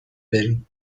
بری